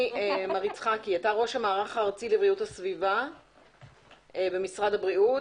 ראש המערך הארצי לבריאות הסביבה במשרד הבריאות.